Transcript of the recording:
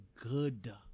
good